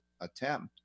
attempt